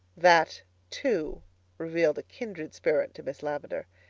that too revealed a kindred spirit to miss lavendar.